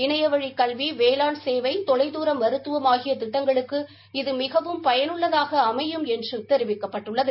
இணையவழி கல்வி கேளாண் கேவை தொலைதூர மருத்துவம் ஆகிய திட்டங்களுக்கு இது மிகவும் பயனுள்ளதாக அமையும் என்று தெரிவிக்கப்பட்டுள்ளது